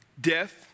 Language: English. death